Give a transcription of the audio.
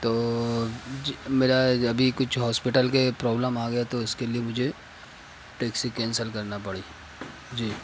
تو جی میرا ابھی کچھ ہاسپیٹل کے پرابلم آ گیا تو اس کے لیے مجھے ٹیکسی کینسل کرنا پڑی جی